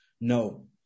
no